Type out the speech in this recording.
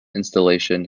installation